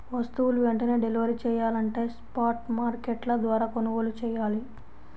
వస్తువులు వెంటనే డెలివరీ చెయ్యాలంటే స్పాట్ మార్కెట్ల ద్వారా కొనుగోలు చెయ్యాలి